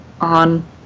on